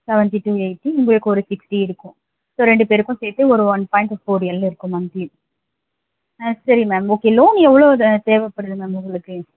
seventy to eighty உங்களுக்கு ஒரு sixty இருக்கும் ஸோ ரெண்டு பேருக்கும் சேர்த்து ஒரு ஒன் பாயிண்ட் ஃபோர் எல் இருக்கும் மந்த்லி ஆ சரி மேம் ஓகே லோன் எவ்வளோ தேவைப்படுது மேம் உங்களுக்கு